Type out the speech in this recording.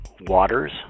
waters